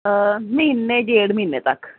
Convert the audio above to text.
ਮਹੀਨੇ ਡੇਢ ਮਹੀਨੇ ਤੱਕ